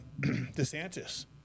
DeSantis